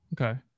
Okay